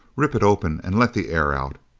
rip it open and let the air out.